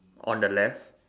on the left